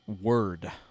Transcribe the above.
word